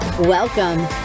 Welcome